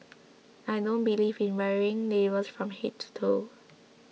I don't believe in wearing labels from head to toe